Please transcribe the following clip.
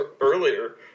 earlier